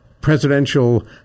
presidential